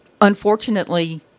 Unfortunately